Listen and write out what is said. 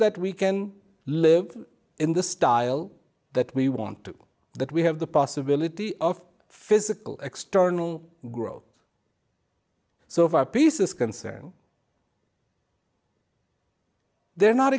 that we can live in the style that we want to that we have the possibility of physical external growth so if our piece is concerned they're not